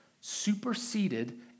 superseded